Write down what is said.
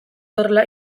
horrela